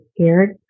scared